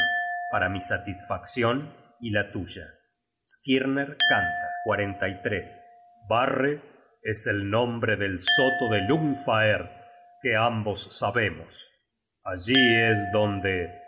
para mi satisfaccion y la tuya skirner canta barre es el nombre del soto de lungfaerd que ambos sabemos allí es donde